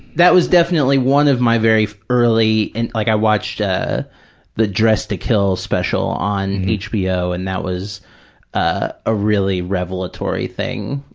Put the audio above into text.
that was definitely one of my very early, and like i watched ah the dressed to kill special on hbo and that was ah a really revelatory thing,